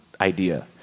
idea